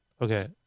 Okay